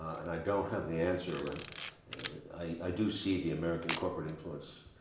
and i don't have the answer. and i do see the american corporate influence